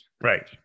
Right